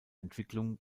entwicklung